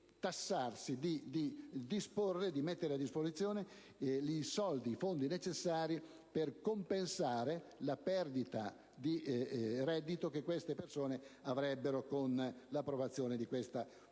tassarsi, di mettere a disposizione i fondi necessari per compensare la perdita di reddito che queste persone avrebbero con l'approvazione della nuova